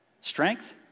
strength